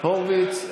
הורוביץ,